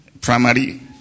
Primary